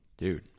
dude